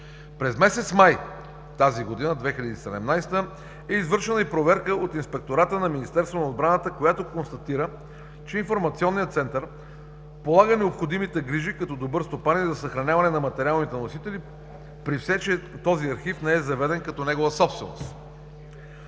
През месец май тази година – 2017 г., е извършена и проверка от Инспектората на Министерство на отбраната, която констатира, че Информационният център полага необходимите грижи, като добър стопанин за съхраняване на материалните носители при все, че този архив не е заведен като негова собственост.